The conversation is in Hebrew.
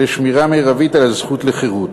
לשמירה מרבית על הזכות לחירות.